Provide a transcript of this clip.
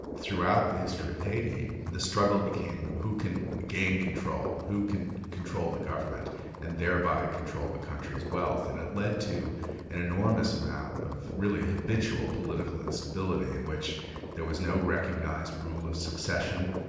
throughout the history of haiti, the struggle became who can gain control? who can control the government and thereby control the country's wealth? and it led to an enormous amount of really habitual political instability in which there was no recognised rule of succession,